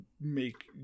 make